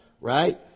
right